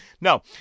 no